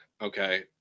okay